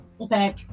okay